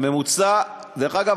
דרך אגב,